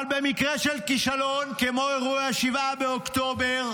אבל במקרה של כישלון כמו אירוע 7 באוקטובר,